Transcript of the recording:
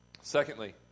Secondly